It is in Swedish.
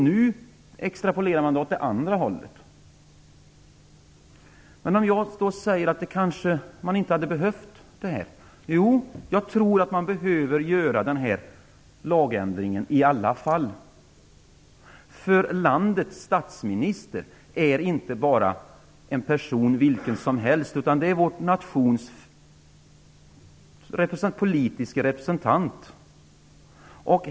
Nu extrapolerar man det åt det andra hållet. Om jag då säger att man kanske inte hade behövt göra den här lagändringen. Jo, jag tror att man behöver göra den i alla fall. Landets statsminister är nämligen inte bara en person vilken som helst, utan det är vår nations politiske representant.